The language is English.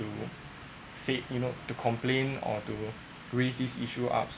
you said you know to complain or to raise this issue up